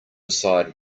decide